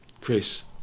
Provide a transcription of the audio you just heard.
Chris